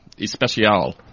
Especial